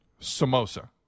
Samosa